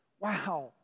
wow